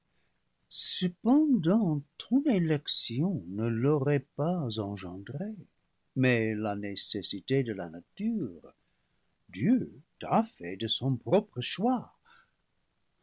cependant ton élection ne l'aurait pas engendré mais la nécessité de la nature dieu t'a fait de son propre choix